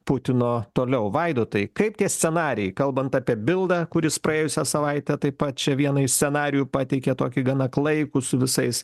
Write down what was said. putino toliau vaidotai kaip tie scenarijai kalbant apie bildą kuris praėjusią savaitę taip pat čia vieną iš scenarijų pateikė tokį gana klaikų su visais